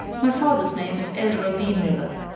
my father's name is ezra b. miller,